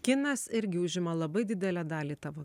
kinas irgi užima labai didelę dalį tavo